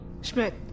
Schmidt